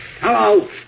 hello